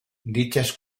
dichas